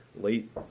late